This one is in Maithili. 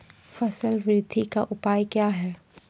फसल बृद्धि का उपाय क्या हैं?